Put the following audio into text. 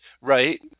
right